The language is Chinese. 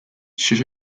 其实